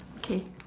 K